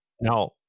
Now